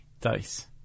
dice